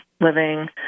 living